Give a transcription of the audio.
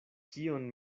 kion